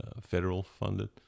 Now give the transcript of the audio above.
federal-funded